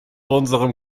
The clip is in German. unserem